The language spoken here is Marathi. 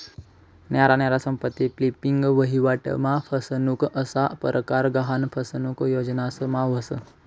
न्यारा न्यारा संपत्ती फ्लिपिंग, वहिवाट मा फसनुक असा परकार गहान फसनुक योजनास मा व्हस